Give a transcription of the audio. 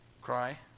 Cry